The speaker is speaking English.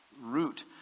root